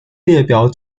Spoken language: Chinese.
列表